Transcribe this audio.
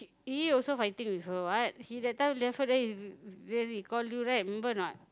he also fighting with her what he that time left her then he then he call you right remember or not